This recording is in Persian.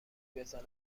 بزنم